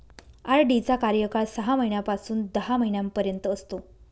RD चा कार्यकाळ सहा महिन्यापासून दहा महिन्यांपर्यंत असतो